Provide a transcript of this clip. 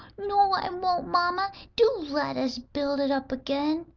no, i won't, mamma. do let us build it up again,